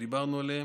שדיברנו עליה,